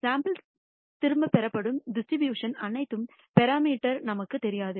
சாம்பிள்கள் திரும்பப் பெறப்படும் டிஸ்ட்ரிபியூஷன் அனைத்து பராமீட்டர் நமக்கு தெரியாது